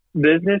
business